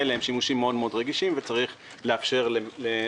ויש פתרונות.